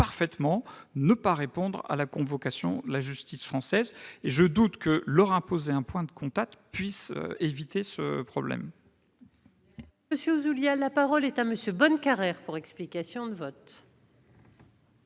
parfaitement ne pas répondre à la convocation de la justice française. Je doute que leur imposer un point de contact puisse résoudre ce problème.